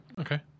Okay